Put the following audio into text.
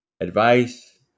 advice